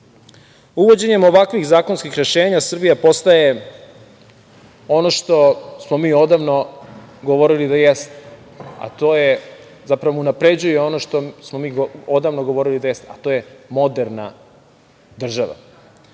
praksom. Uvođenjem ovakvih zakonskih rešenja, Srbija postaje ono što smo mi odavno govorili da jeste, a to je, unapređuje ono što smo govorili da jeste, a to je moderna država.